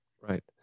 Right